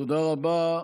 תודה רבה.